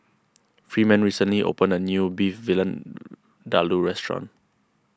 freeman recently opened a new Beef Vindaloo restaurant